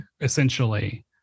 essentially